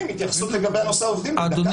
תודה התייחסות לגבי נושא העובדים, דקה אחת.